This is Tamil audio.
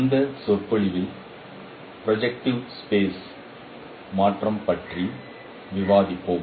இந்த சொற்பொழிவில் ப்ரொஜெக்ட்டிவ் ஸ்பைஸ் மாற்றம் பற்றி விவாதிப்போம்